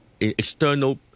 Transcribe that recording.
external